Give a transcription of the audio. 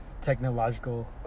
technological